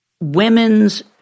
women's